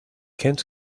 kent